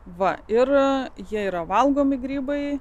va ir jie yra valgomi grybai